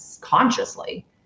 consciously